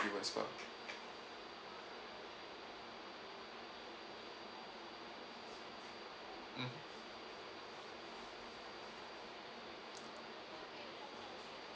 you as well